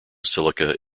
silica